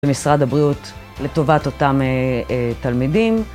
במשרד הבריאות לטובת אותם תלמידים